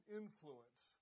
influence